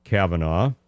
Kavanaugh